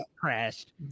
crashed